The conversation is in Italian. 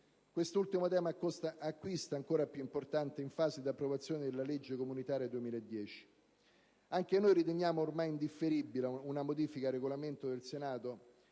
Quest'ultimo tema acquista ancora più importanza in fase di approvazione della legge comunitaria 2010. Anche noi riteniamo ormai indifferibile una modifica al Regolamento del Senato,